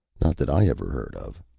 not that i ever heard of.